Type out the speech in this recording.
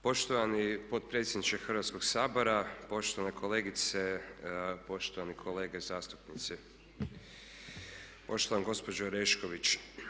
Poštovani potpredsjedniče Hrvatskog sabora, poštovane kolegice, poštovane kolege zastupnici, poštovana gospođo Orešković.